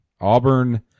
auburn